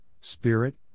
Spirit